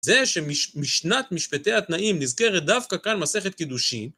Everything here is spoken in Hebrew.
זה שמשנת משפטי התנאים נזכרת דווקא כאן מסכת קידושין